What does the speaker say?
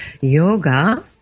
yoga